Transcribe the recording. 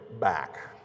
back